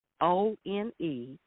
O-N-E